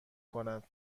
کند